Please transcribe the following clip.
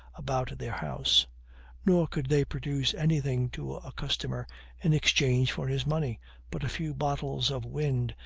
about their house nor could they produce anything to a customer in exchange for his money but a few bottles of wind,